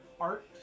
art